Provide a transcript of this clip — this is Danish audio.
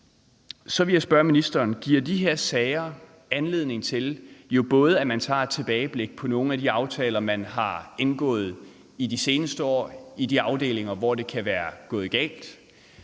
Så vil jeg spørge ministeren: Giver de her sager anledning til at tage et tilbageblik på nogle af de aftaler, man har indgået i de seneste år, i de afdelinger, hvor det kan være gået galt?